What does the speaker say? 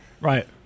right